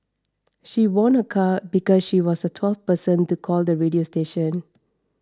she won a car because she was the twelfth person to call the radio station